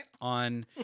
On